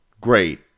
great